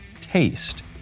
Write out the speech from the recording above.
taste